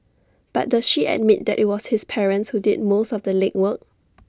but does she admit that IT was his parents who did most of the legwork